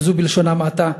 וזה בלשון המעטה.